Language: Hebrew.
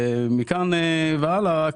ומכאן והלאה.